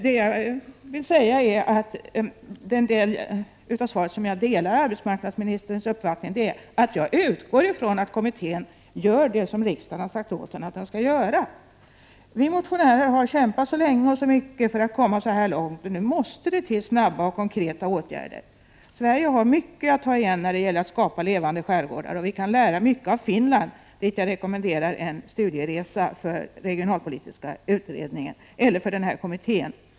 Den del av svaret där jag delar arbetsmarknadsministerns uppfattning är den som gäller att kommittén skall göra det som riksdagen har sagt åt den att den skall göra. Vi motionärer har kämpat länge och hårt för att komma så här långt, och nu måste det till snabba och konkreta åtgärder. Sverige har mycket att ta igen när det gäller att skapa levande skärgårdar. Vi kan lära mycket av Finland, dit jag rekommenderar en studieresa för regionalpolitiska utredningen, eller för denna kommitté.